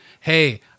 Hey